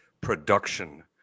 production